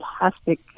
fantastic